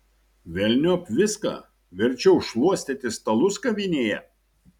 velniop viską verčiau šluostyti stalus kavinėje